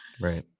Right